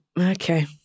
Okay